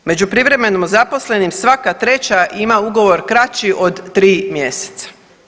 Među privremeno zaposlenim svaka treća ima ugovor kraći od 3 mjeseca.